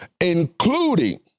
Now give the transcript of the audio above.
including